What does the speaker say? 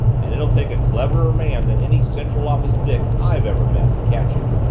and it'll take a cleverer man than any central office dick i've ever met to catch him!